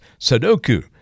sudoku